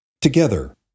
Together